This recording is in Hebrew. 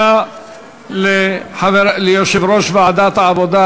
תודה ליושב-ראש ועדת העבודה,